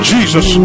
Jesus